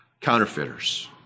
Counterfeiters